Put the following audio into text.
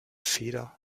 feder